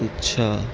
اچھا